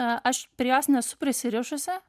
aš prie jos nesu prisirišusi